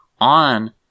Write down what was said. on